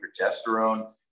progesterone